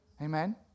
Amen